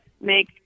make